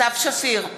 סתיו שפיר,